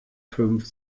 fünf